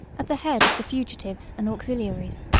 at the head of the fugitives and auxiliaries,